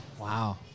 Wow